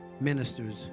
ministers